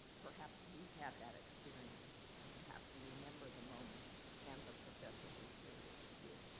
perhaps you've had that experience and perhaps you remember the moment and the professor who shared it with you.